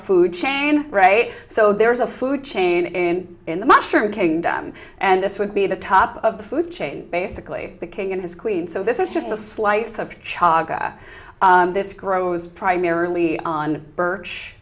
food chain right so there's a food chain in the mushroom kingdom and this would be the top of the food chain basically the king and his queen so this is just a slice of chaka this grows primarily on the birch